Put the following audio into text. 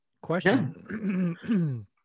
question